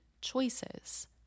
choices